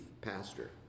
pastor